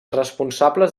responsables